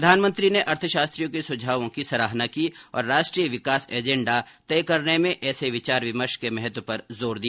प्रधानमंत्री ने अर्थशास्त्रियों के सुझावों की सराहना की और राष्ट्रीय विकास एजेंडा तय करने में ऐसे विचार विमर्श के महत्व पर जोर दिया